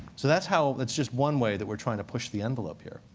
so that's how that's just one way that we're trying to push the envelope here.